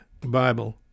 Bible